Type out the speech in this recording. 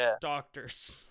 doctors